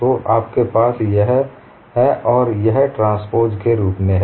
तो आपके पास यह है और यह ट्रांसपोज के रूप में है